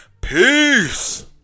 peace